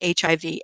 HIV